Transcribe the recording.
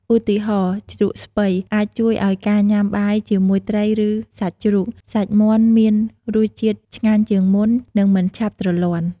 ឧទាហរណ៍ ជ្រក់ស្ពៃ អាចជួយឲ្យការញ៉ាំបាយជាមួយត្រី ឬសាច់ជ្រូក សាច់មាន់មានរសជាតិឆ្ងាញ់ជាងមុន និងមិនឆាប់ទ្រលាន់។